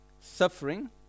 suffering